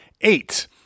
eight